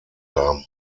haben